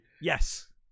Yes